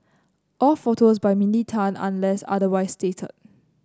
all photos by Mindy Tan unless otherwise stated